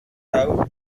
route